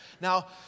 Now